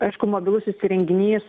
aišku mobilusis įrenginys